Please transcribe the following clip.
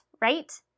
right